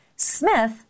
Smith